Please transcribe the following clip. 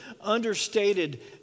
understated